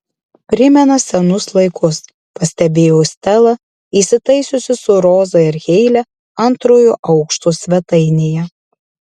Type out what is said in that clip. primena senus laikus pastebėjo stela įsitaisiusi su roza ir heile antrojo aukšto svetainėje